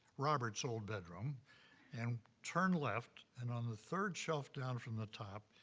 robert's old bedroom and turn left, and on the third shelf down from the top,